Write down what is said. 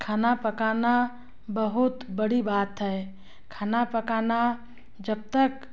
खाना पकाना बहुत बड़ी बात है खाना पकाना जब तक